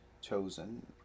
chosen